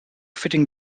fitting